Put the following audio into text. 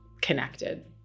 connected